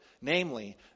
namely